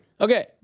Okay